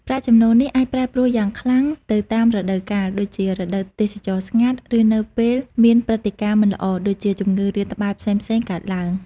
ប្រាក់ចំណូលនេះអាចប្រែប្រួលយ៉ាងខ្លាំងទៅតាមរដូវកាល ដូចជារដូវទេសចរណ៍ស្ងាត់ ឬនៅពេលមានព្រឹត្តិការណ៍មិនល្អដូចជាជំងឺរាតត្បាតផ្សេងៗកើតទ្បើង។